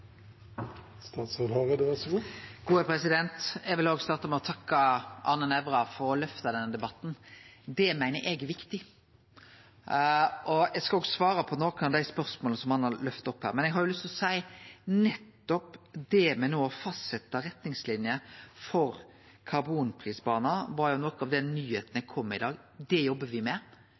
Eg vil starte med å takke Arne Nævra for å løfte denne debatten. Det meiner eg er viktig. Eg skal òg svare på nokre av dei spørsmåla som han har løfta opp her. Men eg har lyst til å seie at det med no å fastsetje retningslinjer for karbonprisbane var jo noko av nyheita eg kom i dag – det jobbar me med.